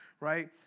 right